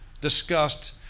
discussed